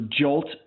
jolt